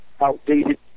outdated